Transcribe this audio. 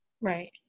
Right